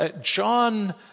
John